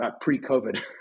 pre-COVID